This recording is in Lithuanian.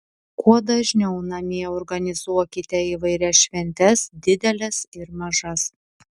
kuo dažniau namie organizuokite įvairias šventes dideles ir mažas